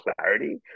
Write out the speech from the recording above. clarity